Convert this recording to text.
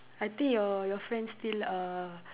I think your your friend still uh